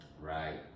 right